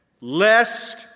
lest